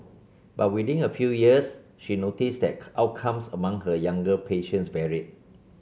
but within a few years she noticed that outcomes among her younger patients varied